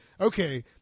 okay